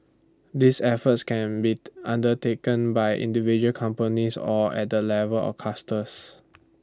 these efforts can be undertaken by individual companies or at the level of clusters